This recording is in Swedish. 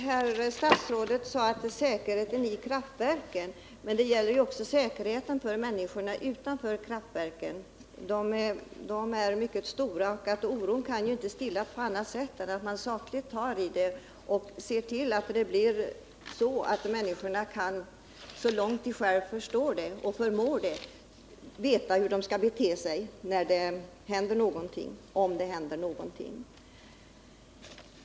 Herr talman! Statsrådet nämde säkerheten för människorna som arbetar vid kraftverken, men det gäller också säkerheten för människorna utanför kraftverken. Oron bland dessa människor kan inte stillas på annat sätt än att man sakligt tar upp frågan och ser till att människorna, så långt de själva förstår och förmår, vet hur de skall bete sig när det händer någonting —om det händer någonting.